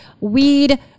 weed